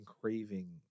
craving